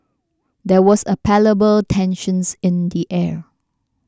there was a palpable tensions in the air